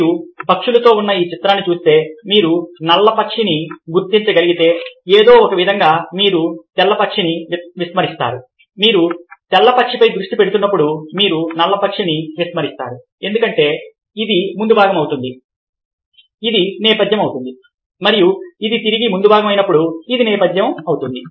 మీరు పక్షులతో ఉన్న ఈ చిత్రాన్ని చూస్తే మీరు నల్ల పక్షిని గుర్తించగలిగితే ఏదో ఒకవిధంగా మీరు తెల్ల పక్షిని విస్మరిస్తారు మీరు తెల్ల పక్షిపై దృష్టి పెడుతున్నప్పుడు మీరు నల్ల పక్షిని విస్మరిస్తారు ఎందుకంటే ఇది ముందుభాగం అవుతుంది ఇది నేపథ్యం అవుతుంది మరియు ఇది తిరిగి ముందుభాగం అయినప్పుడు ఇది నేపథ్యం అవుతుంది